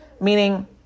Meaning